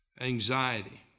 anxiety